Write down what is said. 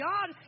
God